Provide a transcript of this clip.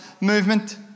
movement